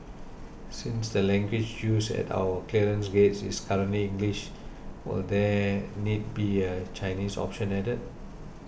since the language used at our clearance gates is currently English will there need be a Chinese option added